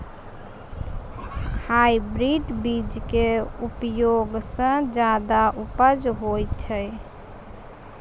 hybrid बीज के उपयोग सॅ ज्यादा उपज होय छै